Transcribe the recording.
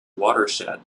watershed